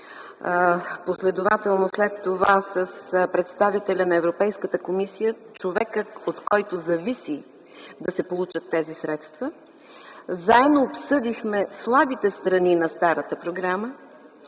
последователно след това с представителя на Европейската комисия – човекът, от който зависи да се получат тези средства, заедно обсъдихме слабите страни на старата програма.